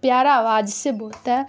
پیارا آواز سے بولتا ہے